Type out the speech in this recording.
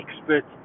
expert